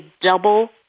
double